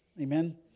Amen